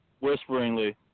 whisperingly